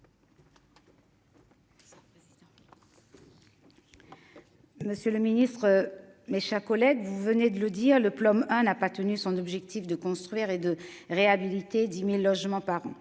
Monsieur le Ministre, mes chers collègues, vous venez de le dire le plan hein n'a pas tenu son objectif de construire et de réhabiliter 10.000 logements par an